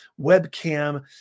webcam